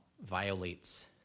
violates